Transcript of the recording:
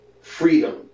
freedom